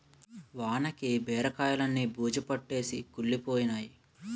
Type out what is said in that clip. వానకి బీరకాయిలన్నీ బూజుపట్టేసి కుళ్లిపోయినై